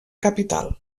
capital